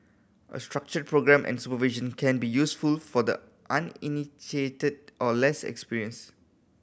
a structured programme and supervision can be useful for the uninitiated or less experienced